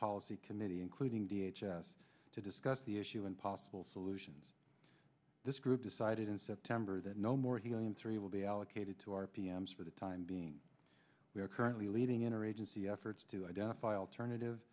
policy committee including v h s to discuss the issue and possible solutions this group decided in september that no more helium three will be allocated to our p m s for the time being we are currently leading inner agency efforts to identify alternative